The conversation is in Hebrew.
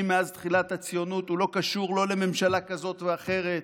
מאז תחילת הציונות לא קשור לממשלה כזאת או אחרת.